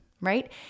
right